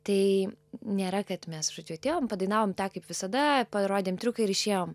tai nėra kad mes žodžiu atėjom padainavom tą kaip visada parodėm triuką ir išėjom